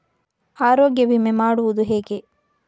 ಆರೋಗ್ಯ ವಿಮೆ ಮಾಡುವುದು ಹೇಗೆ?